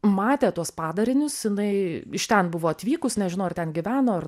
matė tuos padarinius jinai iš ten buvo atvykus nežinau ar ten gyveno ar